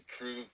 prove